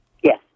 Yes